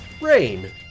Rain